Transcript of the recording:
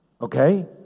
Okay